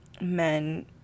men